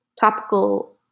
Topical